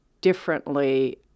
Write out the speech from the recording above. differently